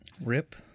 Rip